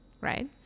right